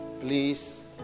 please